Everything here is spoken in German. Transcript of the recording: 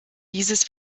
dieses